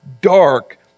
dark